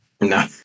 No